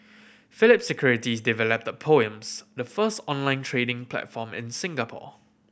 Phillip Securities developed Poems the first online trading platform in Singapore